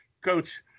coach